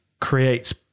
creates